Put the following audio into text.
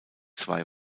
zwei